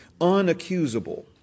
unaccusable